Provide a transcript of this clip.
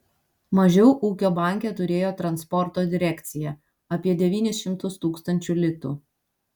mažiau ūkio banke turėjo transporto direkcija apie devynis šimtus tūkstančių litų